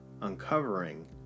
uncovering